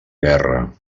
guerra